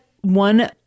one